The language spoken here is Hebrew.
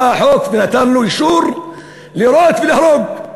בא החוק ונתן אישור לירות ולהרוג.